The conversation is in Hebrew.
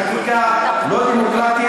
החקיקה הזאת היא חקיקה לא דמוקרטית,